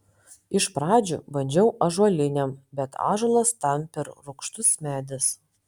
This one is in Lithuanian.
iš pradžių bandžiau ąžuolinėm bet ąžuolas tam per rūgštus medis